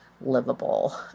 livable